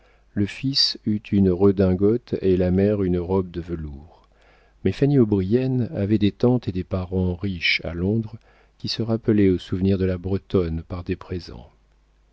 le fils eût une redingote et la mère une robe de velours mais fanny o'brien avait des tantes et des parents riches à londres qui se rappelaient au souvenir de la bretonne par des présents